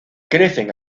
crecen